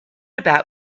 about